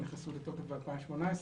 הן נכנסו לתוקף ב-2018.